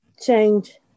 change